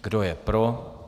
Kdo je pro?